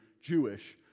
Jewish